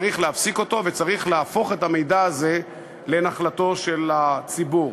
צריך להפסיק אותו וצריך להפוך את המידע הזה לנחלתו של הציבור.